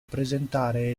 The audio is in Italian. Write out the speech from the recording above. presentare